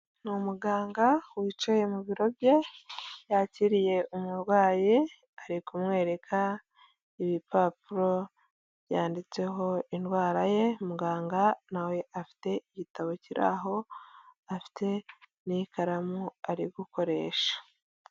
Ni umuganga wicaye mu biro bye, yakiriye umurwayi ari kumwereka ibipapuro byanditseho indwara ye, muganga na we afite igitabo kiri aho, afite n'ikaramu ari gukoresha.